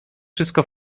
wszystko